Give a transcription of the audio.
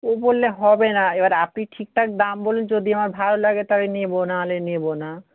এ বললে হবে না এবার আপনি ঠিকঠাক দাম বলুন যদি আমার ভালো লাগে তাহলে নেব নাহলে নেব না